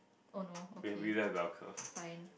oh no okay fine